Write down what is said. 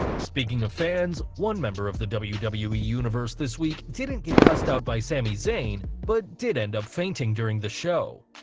speaking of fans, one member of the wwe wwe universe this week didn't get cussed out by sami zayn, but did end up fainting during the show.